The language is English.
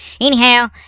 Anyhow